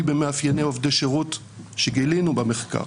במאפייני עובדי שירות שגילינו במחקר.